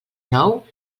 nou